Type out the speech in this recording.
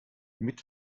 mit